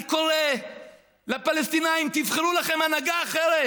אני קורא לפלסטינים: תבחרו לכם הנהגה אחרת.